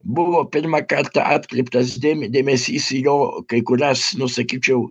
buvo pirmą kartą atkreiptas dė dėmesys į jo kai kurias nu sakyčiau